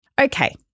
Okay